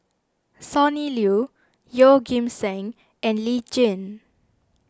Sonny Liew Yeoh Ghim Seng and Lee Tjin